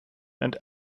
and